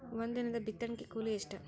ಒಂದಿನದ ಬಿತ್ತಣಕಿ ಕೂಲಿ ಎಷ್ಟ?